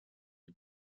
est